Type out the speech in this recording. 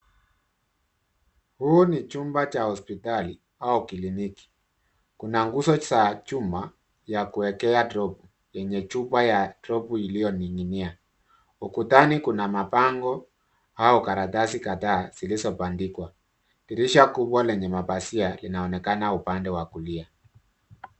Huu ni chumba cha hospitali au kliniki, kuna nguzo za chuma ya kuwekea dropu, yenye chupa ya dropu iliyoning'inia, ukutani kuna mabango au karatasi kadhaa zilizobandikwa. Dirisha kubwa lenye mapazaia inaonekana upande wa kulia.